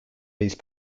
these